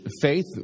faith